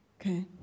Okay